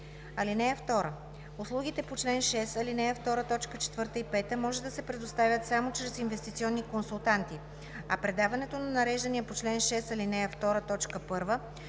– 81. (2) Услугите по чл. 6, ал. 2, т. 4 и 5 може да се предоставят само чрез инвестиционни консултанти, а предаването на нареждания по чл. 6, ал. 2,